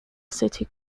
city